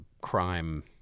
crime